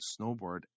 snowboard